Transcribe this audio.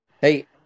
Hey